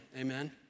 Amen